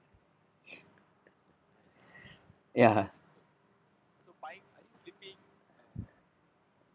ya